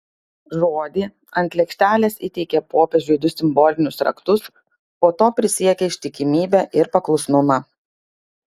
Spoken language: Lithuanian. žodį ant lėkštelės įteikė popiežiui du simbolinius raktus po to prisiekė ištikimybę ir paklusnumą